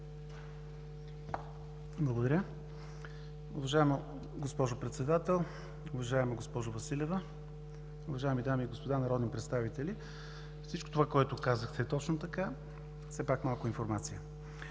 Благодаря. Уважаема госпожо Председател, уважаема госпожо Василева, уважаеми дами и господа народни представители! Всичко това, което казахте, е точно така. Все пак – малко информация.